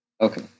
Okay